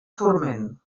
forment